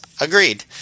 Agreed